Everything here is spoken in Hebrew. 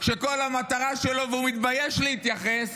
שכל המטרה שלו, והוא התבייש להתייחס,